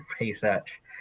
research –